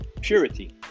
Purity